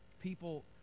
people